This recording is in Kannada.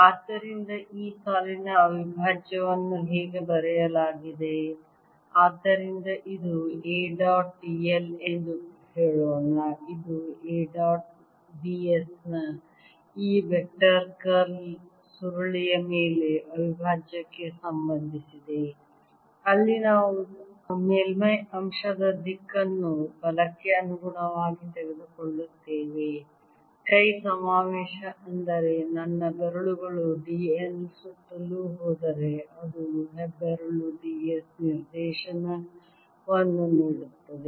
ಆದ್ದರಿಂದ ಈ ಸಾಲಿನ ಅವಿಭಾಜ್ಯವನ್ನು ಹೀಗೆ ಬರೆಯಲಾಗಿದೆ ಆದ್ದರಿಂದ ಇದು A ಡಾಟ್ d l ಎಂದು ಹೇಳೋಣ ಇದು A ಡಾಟ್ d s ನ ಈ ವೆಕ್ಟರ್ ಕರ್ಲ್ ನ ಸುರುಳಿಯ ಮೇಲ್ಮೈ ಅವಿಭಾಜ್ಯಕ್ಕೆ ಸಂಬಂಧಿಸಿದೆ ಅಲ್ಲಿ ನಾವು ಮೇಲ್ಮೈ ಅಂಶದ ದಿಕ್ಕನ್ನು ಬಲಕ್ಕೆ ಅನುಗುಣವಾಗಿ ತೆಗೆದುಕೊಳ್ಳುತ್ತೇವೆ ಕೈ ಸಮಾವೇಶ ಅಂದರೆ ನನ್ನ ಬೆರಳುಗಳು d l ಸುತ್ತಲೂ ಹೋದರೆ ನನ್ನ ಹೆಬ್ಬೆರಳು d s ನಿರ್ದೇಶನವನ್ನು ನೀಡುತ್ತದೆ